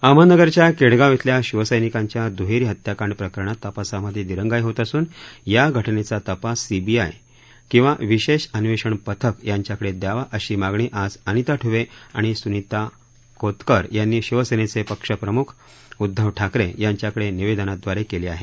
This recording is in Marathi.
अहमदनगरच्या केङगाव शिवसैनिकांच्या दुहेरी हत्याकांड प्रकरणात तपासामध्ये दिरंगाई होत असून या घटनेचा तपास सीबीआय किंवा विशेष अन्वेषण पथक यांच्याकडे द्यावा अशी मागणी आज अनिता दुवे आणि सुनीता कोतकर यांनी शिवसेनेचे पक्षप्रमुख उद्दव ठाकरे यांच्या कडे निवेदनाद्वारे केली आहे